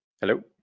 Hello